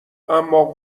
اما